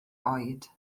oed